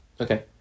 Okay